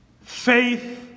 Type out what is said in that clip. Faith